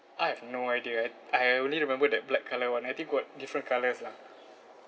I have no idea I'd I only remember that black colour [one] I think got different colours lah